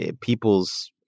people's